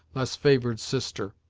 less favored sister.